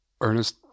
Ernest